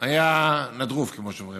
היה נדרוף, כמו שאומרים.